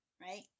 right